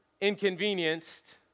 inconvenienced